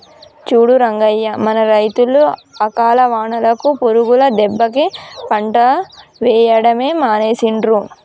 చూడు రంగయ్య మన రైతులు అకాల వానలకు పురుగుల దెబ్బకి పంట వేయడమే మానేసిండ్రు